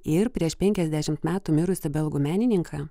ir prieš penkiasdešimt metų mirusį belgų menininką